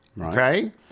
Okay